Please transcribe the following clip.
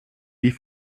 die